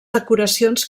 decoracions